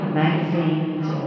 magazines